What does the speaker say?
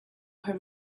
her